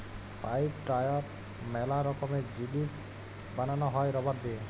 pipe, tyre ম্যালা রকমের জিনিস বানানো হ্যয় রাবার দিয়ে